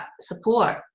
support